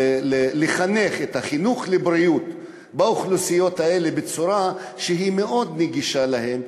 לתת את החינוך לבריאות באוכלוסיות האלה בצורה שהיא מאוד נגישה להן.